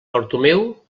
bartomeu